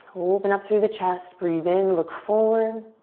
open up through the chest. breathe in, look forward.